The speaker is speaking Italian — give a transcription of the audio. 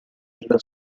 nella